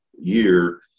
year